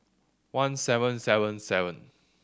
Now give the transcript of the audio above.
one seven seven seven